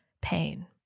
pain